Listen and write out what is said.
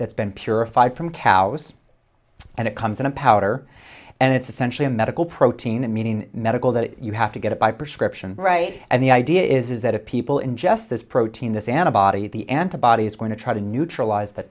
that's been purified from cows and it comes in a powder and it's essentially a medical protein and meaning medical that you have to get it by prescription right and the idea is that if people in just this protein this antibody the antibodies going to try to neutralize the